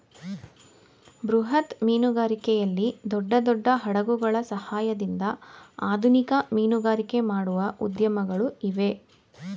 ಬೃಹತ್ ಮೀನುಗಾರಿಕೆಯಲ್ಲಿ ದೊಡ್ಡ ದೊಡ್ಡ ಹಡಗುಗಳ ಸಹಾಯದಿಂದ ಆಧುನಿಕ ಮೀನುಗಾರಿಕೆ ಮಾಡುವ ಉದ್ಯಮಗಳು ಇವೆ